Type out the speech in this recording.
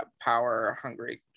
power-hungry